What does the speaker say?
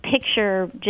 picture